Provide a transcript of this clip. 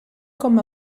com